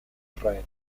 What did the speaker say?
israel